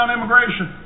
immigration